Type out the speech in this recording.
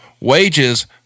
wages